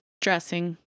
Dressing